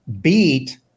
beat